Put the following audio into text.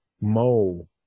Mo